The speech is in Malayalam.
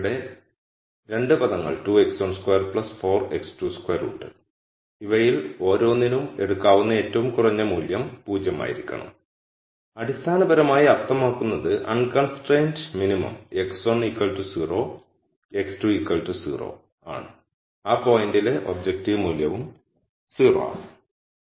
ഇവിടെ 2 പദങ്ങൾ 2x12 4x22 ഉണ്ട് ഇവയിൽ ഓരോന്നിനും എടുക്കാവുന്ന ഏറ്റവും കുറഞ്ഞ മൂല്യം 0 ആയിരിക്കണം അടിസ്ഥാനപരമായി അർത്ഥമാക്കുന്നത് അൺകൺസ്ട്രൈൻഡ് മിനിമം x1 0 x2 0 ആണ് ആ പോയിന്റിലെ ഒബ്ജക്റ്റീവ് മൂല്യവും 0 ആണ്